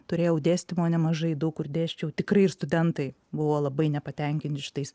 turėjau dėstymo nemažai daug kur dėsčiau tikrai ir studentai buvo labai nepatenkinti šitais